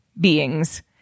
beings